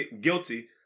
guilty